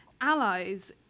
allies